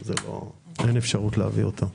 אין אפשרות להביא אותן.